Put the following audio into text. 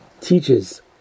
teaches